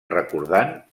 recordant